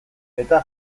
eta